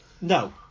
No